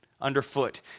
underfoot